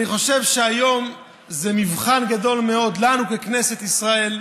אני חושב שהיום זה מבחן גדול מאוד לנו ככנסת ישראל,